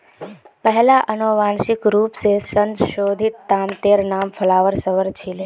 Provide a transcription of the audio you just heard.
पहिला अनुवांशिक रूप स संशोधित तमातेर नाम फ्लावर सवर छीले